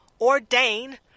ordain